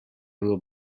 will